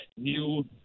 New